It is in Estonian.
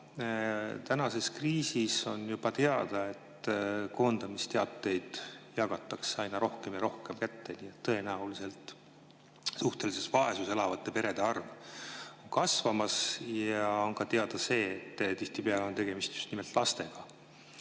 Praeguses kriisis on juba teada, et koondamisteateid jagatakse aina rohkem ja rohkem. Tõenäoliselt on suhtelises vaesuses elavate perede arv kasvamas ja teada on ka see, et tihtipeale on tegemist just nimelt lastega